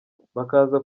bakaza